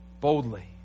Boldly